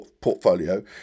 portfolio